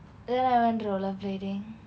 then I went roller blading